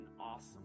awesome